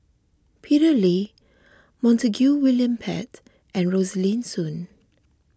Peter Lee Montague William Pett and Rosaline Soon